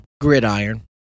gridiron